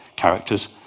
characters